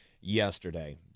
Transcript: yesterday